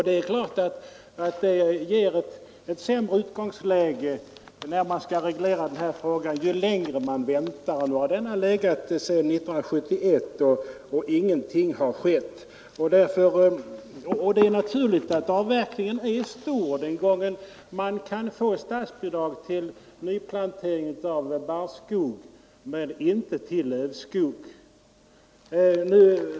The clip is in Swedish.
Det är klart att det ger ett allt sämre utgångsläge för åtgärder ju längre man väntar med att ta itu med problemet. Nu har frågan legat sedan 1971, och ingenting har skett. Det är naturligt att avverkningen är stor, eftersom man kan få statsbidrag till nyplantering av barrskog men inte av lövskog.